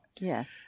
Yes